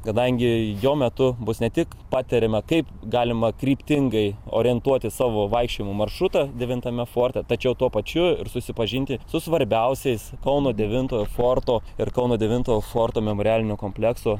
kadangi jo metu bus ne tik patariama kaip galima kryptingai orientuoti savo vaikščiojimo maršrutą devintame forte tačiau tuo pačiu ir susipažinti su svarbiausiais kauno devintojo forto ir kauno devintojo forto memorialinio komplekso